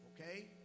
Okay